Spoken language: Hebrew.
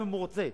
גם אם הוא רוצה,